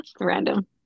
Random